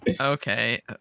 Okay